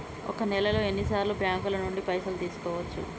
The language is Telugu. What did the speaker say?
ఒక నెలలో ఎన్ని సార్లు బ్యాంకుల నుండి పైసలు తీసుకోవచ్చు?